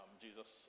Jesus